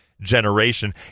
generation